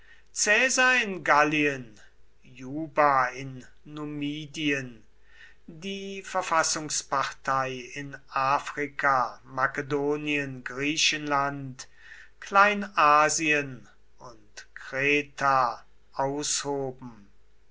in gallien juba in numidien die verfassungspartei in afrika makedonien griechenland kleinasien und kreta aushoben